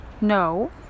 No